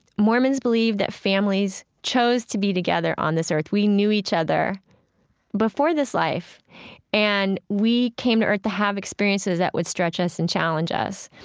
mormons believe that families chose to be together on this earth. we knew each other before this life and we came to earth to have experiences that would stretch us and challenge us.